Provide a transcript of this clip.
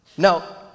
Now